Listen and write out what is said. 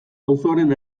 auzoaren